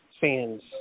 fans